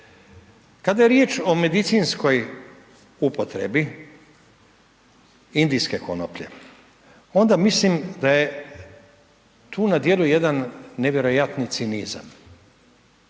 Kada je riječ o medicinskoj upotrebi indijske konoplje, onda mislim da je tu na dijelu jedan nevjerojatni cinizam.